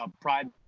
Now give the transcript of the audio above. Pride